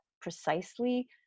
precisely